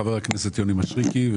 חבר הכנסת יוני משריקי.